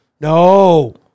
No